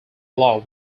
law